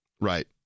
Right